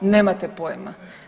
Nemate pojma.